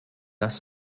das